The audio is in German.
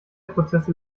prozesse